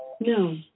No